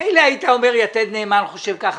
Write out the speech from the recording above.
מילא היית אומר ש"יתר נאמן" חושב כך,